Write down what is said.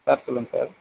sir சொல்லுங்க sir